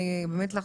תודה רבה.